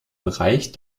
bereich